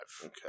Okay